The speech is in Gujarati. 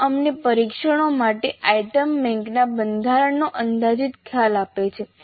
આ અમને પરીક્ષણો માટે આઇટમ બેંકના બંધારણનો અંદાજિત ખ્યાલ આપે છે